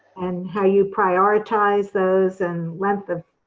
and how you prioritize those and length of?